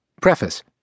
Preface